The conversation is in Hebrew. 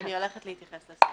אני הולכת להתייחס לסעיף.